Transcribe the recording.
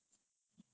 ah